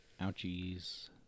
Ouchies